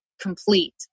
complete